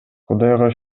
кудайга